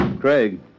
Craig